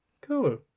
Cool